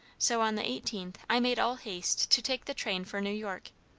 so on the eighteenth i made all haste to take the train for new york.